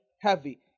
Heavy